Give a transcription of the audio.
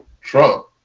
Trump